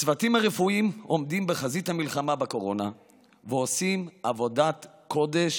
הצוותים הרפואיים עומדים בחזית המלחמה בקורונה ועושים עבודת קודש.